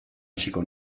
hasiko